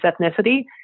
ethnicity